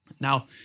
now